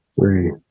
three